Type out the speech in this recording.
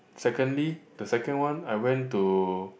secondly the second one I went to